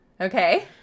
okay